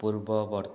ପୂର୍ବବର୍ତ୍ତୀ